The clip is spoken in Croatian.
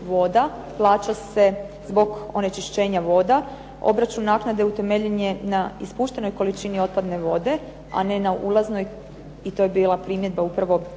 voda, plaća se zbog onečišćenja voda. Obračun naknada utemeljen je na ispuštenoj količini otpadne vode, a ne na ulaznoj, i to je bila primjedba upravo